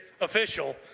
official